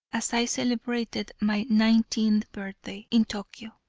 as i celebrated my nineteenth birthday in tokio.